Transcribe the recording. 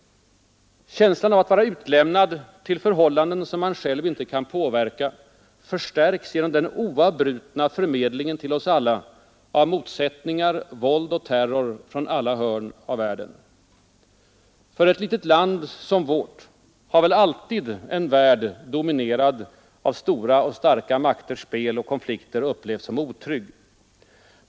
Känslan av att vara utlämnad till förhållanden, som man själv inte kan påverka, förstärks genom den oavbrutna förmedlingen till oss alla av motsättningar, våld och terror från alla hörn av världen. För ett litet land som vårt har väl alltid en värld dominerad av stora och starka makters spel och konflikter upplevts som otrygg.